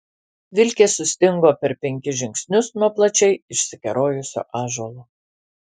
vilkė sustingo per penkis žingsnius nuo plačiai išsikerojusio ąžuolo